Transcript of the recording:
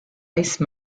lace